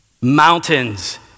Mountains